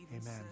Amen